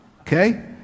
okay